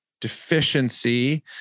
deficiency